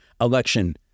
election